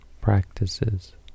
practices